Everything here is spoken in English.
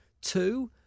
Two